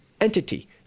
entity